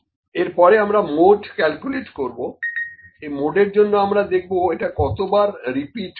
সুতরাং এর পরে আমরা মোড ক্যালকুলেট করবো এই মোডের জন্য আমরা দেখবো এটা কতবার রিপিট হবে